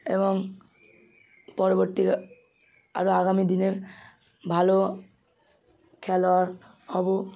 এবং পরবর্তী কা আরও আগামী দিনের ভালো খেলোয়াড় হবো